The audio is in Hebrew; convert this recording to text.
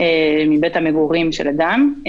מבית מגורים של אדם.